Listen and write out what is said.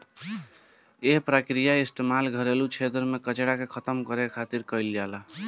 एह प्रक्रिया के इस्तेमाल घरेलू क्षेत्र में कचरा के खतम करे खातिर खातिर कईल जाला